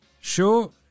Sure